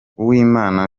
uwimana